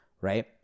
right